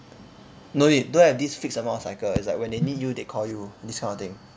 no need don't have this fixed amount of cycle it's like when they need you they call you this kind of thing